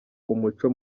umuco